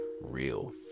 real